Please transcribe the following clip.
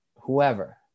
whoever